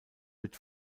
wird